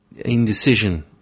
indecision